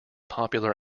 popular